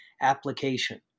application